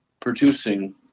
producing